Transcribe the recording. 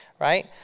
right